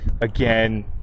again